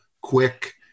quick